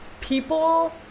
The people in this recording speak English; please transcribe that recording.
people